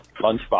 Lunchbox